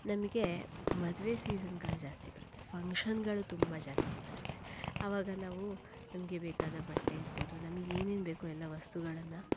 ನಮಗೆ ಮದುವೆ ಸೀಸನ್ಗಳೇ ಜಾಸ್ತಿ ಬರುತ್ತೆ ಫಂಕ್ಷನ್ಗಳು ತುಂಬ ಜಾಸ್ತಿ ಬರುತ್ತೆ ಆವಾಗ ನಾವು ನಮಗೆ ಬೇಕಾದ ಬಟ್ಟೆ ಇರಬಹುದು ನಮಗೆ ಏನೇನು ಬೇಕೋ ಎಲ್ಲ ವಸ್ತುಗಳನ್ನ